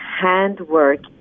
handwork